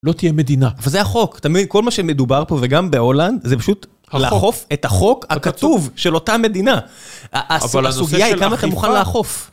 לא תהיה מדינה, אבל זה החוק, אתה מבין? כל מה שמדובר פה וגם בהולנד זה פשוט לאכוף את החוק הכתוב של אותה מדינה. הסוגיה היא כמה אתה מוכן לאכוף.